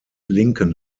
linken